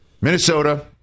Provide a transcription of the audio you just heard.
Minnesota